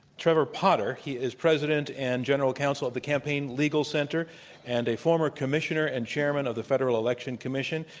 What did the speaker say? trevor potter. he is president and general counsel of the campaign legal center and a former commissioner and chairman of the federal election commission.